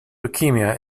leukemia